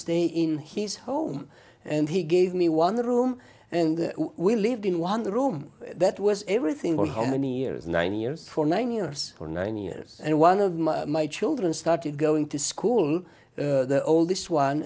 stay in his home and he gave me one room and we lived in one room that was everything all how many years nine years for nine years or nine years and one of my children started going to school the oldest one